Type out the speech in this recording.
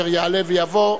אשר יעלה ויבוא.